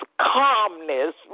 calmness